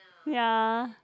ya